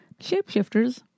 Shapeshifters